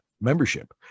membership